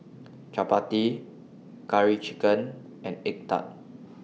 Chappati Curry Chicken and Egg Tart